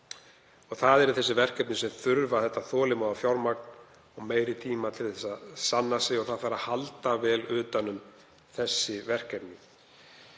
Það eru slík verkefni sem þurfa þetta þolinmóða fjármagn og meiri tíma til að sanna sig og það þarf að halda vel utan um þau verkefni.